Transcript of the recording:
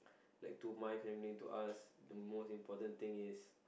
like to my family to us the most important thing is